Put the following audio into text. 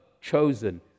chosen